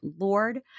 Lord